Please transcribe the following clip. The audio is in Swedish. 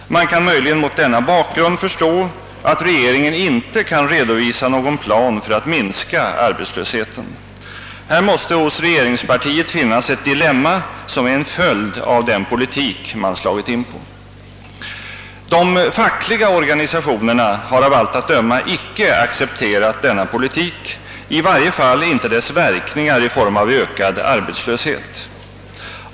Man kan möjligen mot denna bakgrund förstå att regeringen inte kan redovisa någon plan för att minska arbetslösheten. Här måste hos regeringspartiet finnas ett dilemma som är en följd av den politik man slagit in på. De fackliga organisationerna har av allt att döma icke accepterat denna politik, i varje fall inte dess verkningar i form av ökad arbetslöshet.